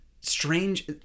strange